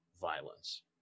violence